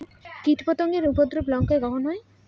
কীটপতেঙ্গর উপদ্রব লঙ্কায় কখন হয়?